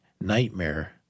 nightmare